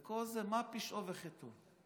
וכל זה, מה פשעו וחטאו?